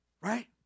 Right